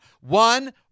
One